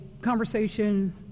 conversation